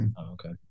okay